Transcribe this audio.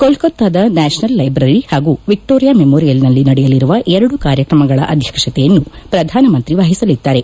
ಕೊಲ್ಲತಾದ national library ಹಾಗೂ Victoria ಮೆಮೋರಿಯಲ್ನಲ್ಲಿ ನಡೆಯಲಿರುವ ಎರಡು ಕಾರ್ಯಕ್ರಮಗಳ ಅಧ್ಯಕ್ಷತೆಯನ್ನು ಪ್ರಧಾನಮಂತ್ರಿ ಮಹಸಲಿದ್ದಾರೆ